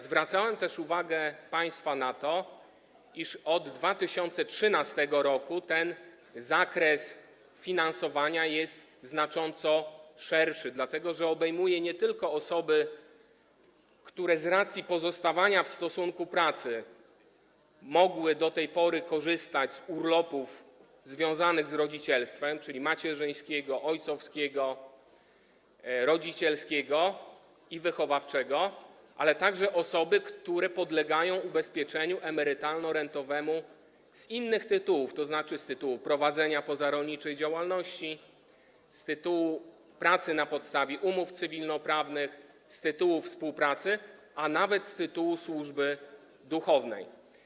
Zwracałem też uwagę państwa na to, iż od 2013 r. ten zakres finansowania jest znacząco szerszy, dlatego że obejmuje nie tylko osoby, które z racji pozostawania w stosunku pracy mogły do tej pory korzystać z urlopów związanych z rodzicielstwem, czyli macierzyńskiego, ojcowskiego, rodzicielskiego i wychowawczego, ale także osoby, które podlegają ubezpieczeniu emerytalno-rentowemu z innych tytułów, to znaczy z tytułu prowadzenia pozarolniczej działalności, z tytułu pracy na podstawie umów cywilnoprawnych, z tytułu współpracy, a nawet z tytułu służby duchownej.